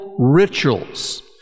rituals